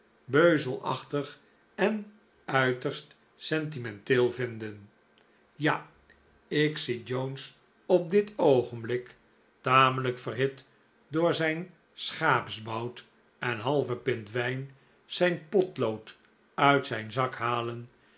beuzelachtig en uiterst sentimenteel vinden ja ik zie jones op dit oogenblik tamelijk verhit door zijn schaapsbout en halve pint wijn zijn potlood uit zijn zak halen